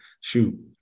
shoot